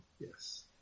Yes